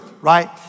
right